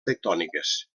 tectòniques